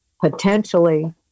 potentially